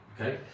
okay